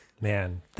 man